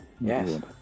Yes